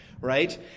right